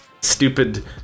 stupid